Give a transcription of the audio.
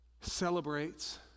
celebrates